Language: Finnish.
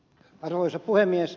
arvoisa puhemies